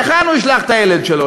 להיכן הוא ישלח את הילד שלו?